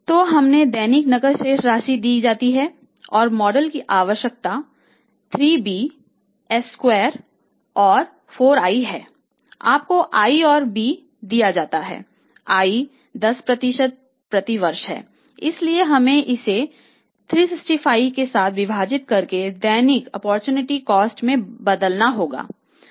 तो हमें दैनिक नकद शेष राशि दी जाती है और मॉडल की आवश्यकता 3b s स्क्वायर में बदलना होगा